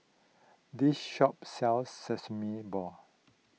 this shop sells Sesame Balls